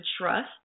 trust